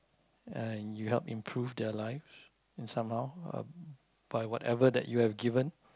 and you help improve their life and somehow